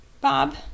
Bob